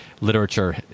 literature